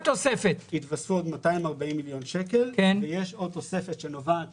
התווספו עוד 240 מיליון שקלים ויש עוד תוספת שנובעת